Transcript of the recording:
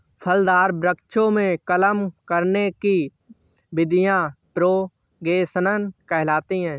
फलदार वृक्षों में कलम करने की विधियां प्रोपेगेशन कहलाती हैं